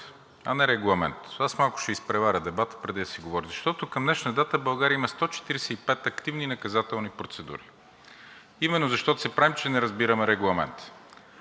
а не регламент? Малко ще изпреваря дебата, преди да си говорите. Защото към днешна дата България има 145 активни наказателни процедури именно защото се правим, че не разбираме Регламента.